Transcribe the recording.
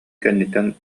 кэнниттэн